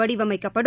வடிவமைக்கப்படும்